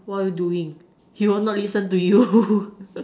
what you doing he would not listen to you